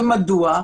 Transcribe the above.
ומדוע?